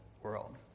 world